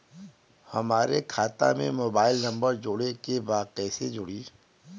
हमारे खाता मे मोबाइल नम्बर जोड़े के बा कैसे जुड़ी?